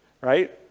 Right